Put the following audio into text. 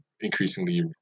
increasingly